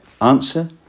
Answer